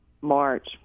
March